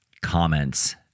comments